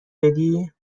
بدی